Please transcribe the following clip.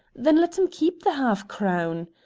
then let him keep the half-crown.